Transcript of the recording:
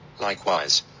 likewise